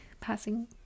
passing